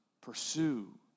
pursue